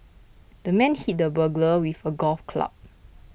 the man hit the burglar with a golf club